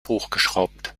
hochgeschraubt